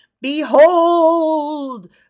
Behold